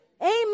Amen